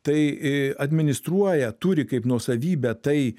tai administruoja turi kaip nuosavybę tai